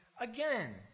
again